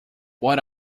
what